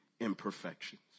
imperfections